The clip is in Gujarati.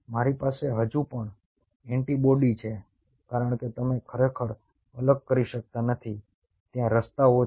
મારી પાસે હજુ પણ એન્ટિબોડીઝ છે કારણ કે તમે ખરેખર અલગ કરી શકતા નથી ત્યાં રસ્તાઓ છે